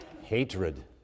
hatred